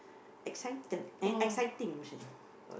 excited and exciting